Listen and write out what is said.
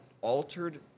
altered